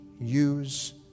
use